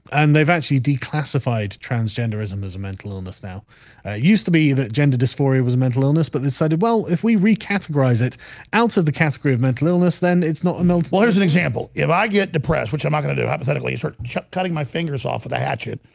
and they've actually declassified transgenderism as a mental illness now used to be that gender dysphoria was a mental illness but they decided well if we recategorize it outside the category of mental illness then it's not an oath lawyers an example if i get depressed which i'm not gonna do hypothetically you certain cutting my fingers off with a hatchet.